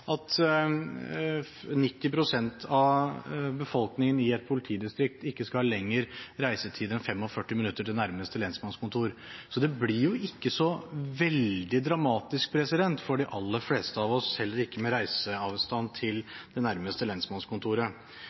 at 90 pst. av befolkningen i et politidistrikt ikke skal ha lenger reisetid enn 45 minutter til nærmeste lensmannskontor. Så det blir jo ikke så veldig dramatisk for de aller fleste av oss, heller ikke med reiseavstand til det nærmeste lensmannskontoret.